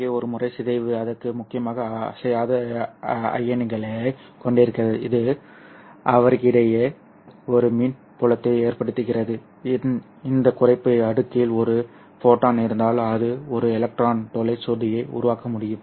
ஆகவே ஒரு முறை சிதைவு அடுக்கு முக்கியமாக அசையாத அயனிகளைக் கொண்டிருக்கிறது இது அவற்றுக்கிடையே ஒரு மின் புலத்தை ஏற்படுத்துகிறது இந்த குறைப்பு அடுக்கில் ஒரு ஃபோட்டான் இருந்தால் அது ஒரு எலக்ட்ரான் துளை ஜோடியை உருவாக்க முடியும்